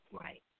Right